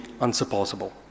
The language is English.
unsurpassable